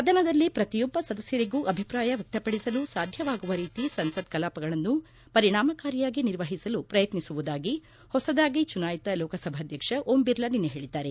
ಸದನದಲ್ಲಿ ಪ್ರತಿಯೊಬ್ಲ ಸದಸ್ಸರಿಗೂ ಅಭಿಪ್ರಾಯ ವ್ಯಕ್ತಪಡಿಸಲು ಸಾಧ್ಯವಾಗುವ ರೀತಿ ಸಂಸತ್ ಕಲಾಪಗಳನ್ನು ಪರಿಣಾಮಕಾರಿಯಾಗಿ ನಿರ್ವಹಿಸಲು ಪ್ರಯತ್ನಿಸುವುದಾಗಿ ಹೊಸದಾಗಿ ಚುನಾಯಿತ ಲೋಕಸಭಾಧ್ಯಕ್ಷ ಓಂ ಬಿರ್ಲಾ ನಿನ್ನೆ ಹೇಳಿದ್ದಾರೆ